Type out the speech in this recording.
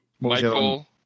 Michael